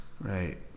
right